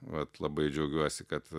vat labai džiaugiuosi kad